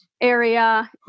area